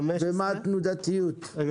היא תוכנית ראויה